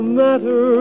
matter